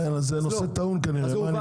כן, זה נושא טעון בהחלט.